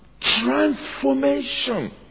transformation